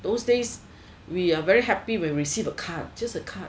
those days we are very happy when we receive a card just a card